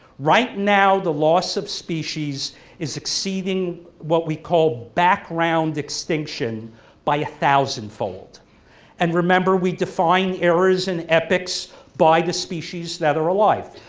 right now the loss of species is exceeding what we call background extinction by a thousandfold and remember we define errors and epochs by the species that are alive.